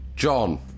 John